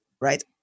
right